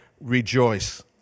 rejoice